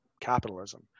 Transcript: capitalism